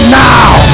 now